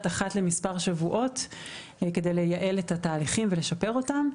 אחת למספר שבועות כדי לייעל את התהליכים ולשפר אותם.